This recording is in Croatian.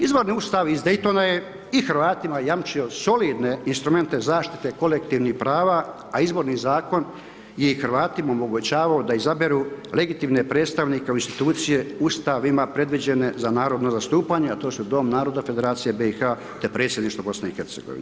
Izvorni ustav iz Daytona je i Hrvatima jamčio solidne instrumente zaštite kolektivnih prava, a izborni zakon je i Hrvatima omogućavao da izaberu legitimne predstavnike u institucije ustavima predviđene za narodno zastupanje, a to su Dom naroda Federacije BiH te Predsjedništvo BiH.